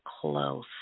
close